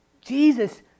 Jesus